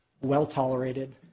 well-tolerated